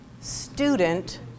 student